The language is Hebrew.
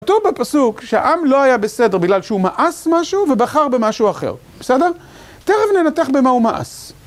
כתוב בפסוק שהעם לא היה בסדר בגלל שהוא מאס משהו ובחר במשהו אחר. בסדר? תיכף ננתח במה הוא מעש.